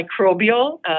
microbial